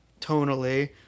tonally